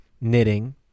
knitting